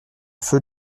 feu